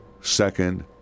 second